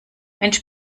mensch